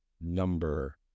number